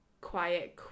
quiet